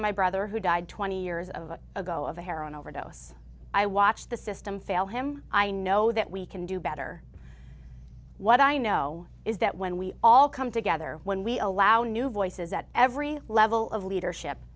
of my brother who died twenty years ago of a heroin overdose i watched the system fail him i know that we can do better what i know is that when we all come together when we allow new voices at every level of leadership